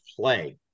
play